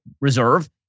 Reserve